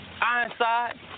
Ironside